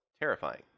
terrifying